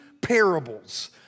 parables